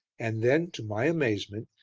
and then, to my amazement,